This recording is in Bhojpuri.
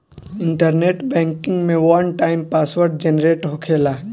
इंटरनेट बैंकिंग में वन टाइम पासवर्ड जेनरेट होखेला